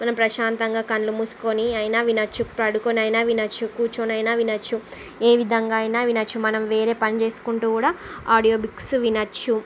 మనం ప్రశాంతంగా కళ్ళు మూసుకొని అయినా వినవచ్చు పడుకొని అయినా వినవచ్చు కూర్చొని అయినా వినవచ్చు ఏ విధంగా అయినా వినవచ్చు మనం వేరే పని చేసుకుంటూ కూడా ఆడియో బుక్స్ వినవచ్చు